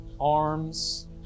arms